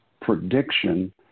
prediction